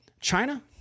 China